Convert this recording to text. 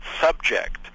subject